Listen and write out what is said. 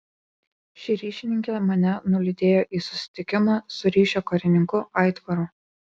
ši ryšininkė mane nulydėjo į susitikimą su ryšio karininku aitvaru